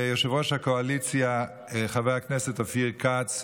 ליושב-ראש הקואליציה חבר הכנסת אופיר כץ,